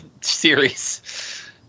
series